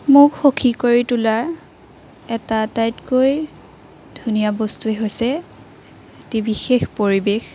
মোক সুখী কৰি তোলাৰ এটা আটাইতকৈ ধুনীয়া বস্তুৱেই হৈছে এটি বিশেষ পৰিৱেশ